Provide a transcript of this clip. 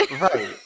Right